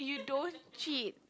you don't cheat